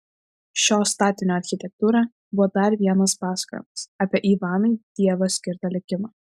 šio statinio architektūra buvo dar vienas pasakojimas apie ivanui dievo skirtą likimą